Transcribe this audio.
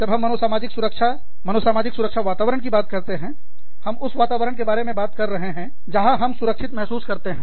जब हम मनोसामाजिक सुरक्षा मनोसामाजिक सुरक्षा वातावरण की बात करते हैं हम उस वातावरण के बारे में बात कर रहे हैं जहां हम सुरक्षित महसूस करते हैं